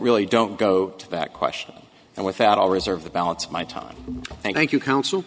really don't go to that question and without all reserve the balance of my time thank you counsel